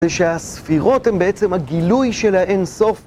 זה שהספירות הן בעצם הגילוי של האין סוף.